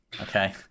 okay